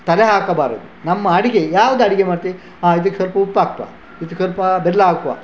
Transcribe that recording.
ತಲೆ ಹಾಕಬಾರದು ನಮ್ಮ ಅಡುಗೆ ಯಾವ್ದು ಅಡುಗೆ ಮಾಡ್ತೇವೆ ಹಾಂ ಇದಕ್ಕೆ ಸ್ವಲ್ಪ ಉಪ್ಪು ಹಾಕುವ ಇದಕ್ಕೆ ಸ್ವಲ್ಪ ಬೆಲ್ಲ ಹಾಕುವ